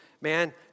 Man